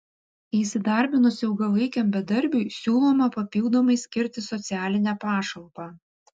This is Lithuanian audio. įsidarbinus ilgalaikiam bedarbiui siūloma papildomai skirti socialinę pašalpą